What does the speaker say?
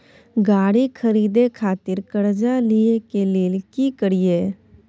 गाड़ी खरीदे खातिर कर्जा लिए के लेल की करिए?